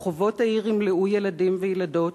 ורחובות העיר ימלאו ילדים וילדות